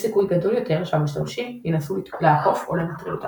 סיכוי גדול יותר שהמשתמשים ינסו לעקוף או לנטרל אותם.